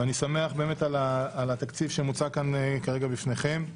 ואני שמח על התקציב שמוצג כרגע לפניכם.